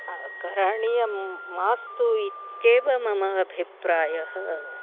करणीयं मास्तु इत्येव मम अभिप्रायः